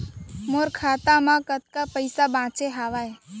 मोर खाता मा कतका पइसा बांचे हवय?